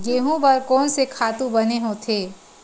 गेहूं बर कोन से खातु बने होथे?